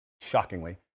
shockingly